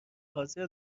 حاضر